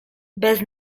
bez